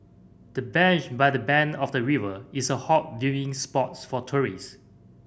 the bench by the bank of the river is a hot viewing spots for tourist